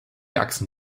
achsen